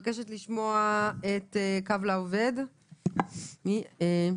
אלעד כהנא, קו לעובד, בבקשה.